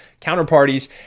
counterparties